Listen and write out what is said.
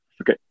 Okay